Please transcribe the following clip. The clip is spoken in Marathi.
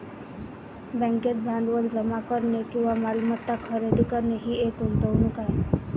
बँकेत भांडवल जमा करणे किंवा मालमत्ता खरेदी करणे ही एक गुंतवणूक आहे